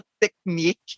technique